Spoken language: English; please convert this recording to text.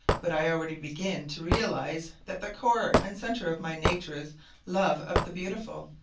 but i already begin to realize that the core and center of my nature is love of the beautiful,